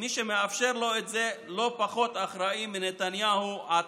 מי שמאפשר לו את זה לא פחות אחראי מנתניהו עצמו.